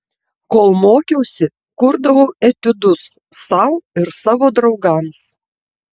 kol mokiausi kurdavau etiudus sau ir savo draugams